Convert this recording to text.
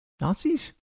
Nazis